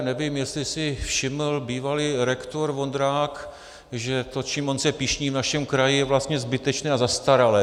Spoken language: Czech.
Nevím, jestli si všiml bývalý rektor Vondrák, že to, čím on se pyšní v našem kraji, je vlastně zbytečné a zastaralé.